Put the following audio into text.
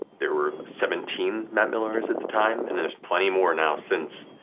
there were seventeen matt millers at the time, and there's plenty more now since,